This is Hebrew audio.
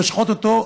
לשחוט אותו,